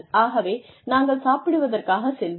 ஆகவே நாங்கள் சாப்பிடுவதற்காகச் செல்கிறோம்